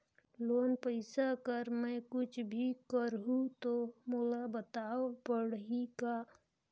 Loan पइसा कर मै कुछ भी करहु तो मोला बताव पड़ही का?